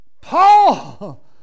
Paul